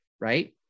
right